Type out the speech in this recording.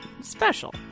special